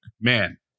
man